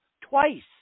twice